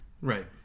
Right